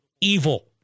evil